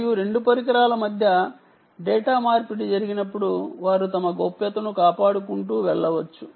మరియు రెండు పరికరాల మధ్య డేటా మార్పిడి జరిగినప్పుడల్లా గోప్యతను కాపాడుకోవచ్చు